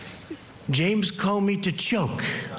james comey to chill.